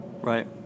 Right